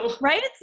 Right